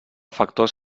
factors